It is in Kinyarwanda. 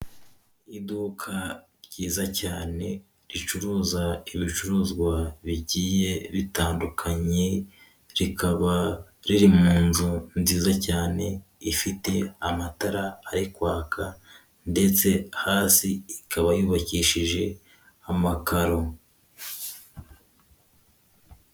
Iduka ryiza cyane ricuruza ibicuruzwa bigiye bitandukanye, rikaba riri mu nzu nziza cyane ifite amatara ari kwaka ndetse hasi ikaba yubakishije amakaro.